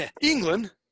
England